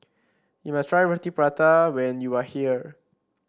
you must try Roti Prata when you are here